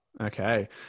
Okay